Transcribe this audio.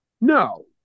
No